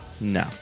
No